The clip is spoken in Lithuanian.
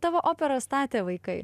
tavo operą statė vaikai